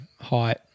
Height